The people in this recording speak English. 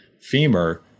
femur